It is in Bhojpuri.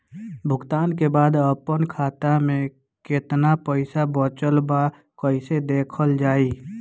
भुगतान के बाद आपन खाता में केतना पैसा बचल ब कइसे देखल जाइ?